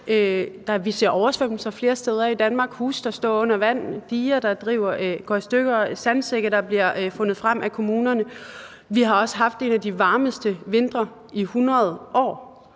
Vi ser oversvømmelser flere steder i Danmark; huse, der står under vand; diger, der går i stykker; sandsække, der bliver fundet frem af kommunerne. Vi har også haft en af de varmeste vintre i 100 år.